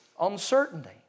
uncertainty